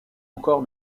encore